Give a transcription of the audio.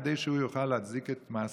כדי שהוא יוכל להצדיק את מעשיו.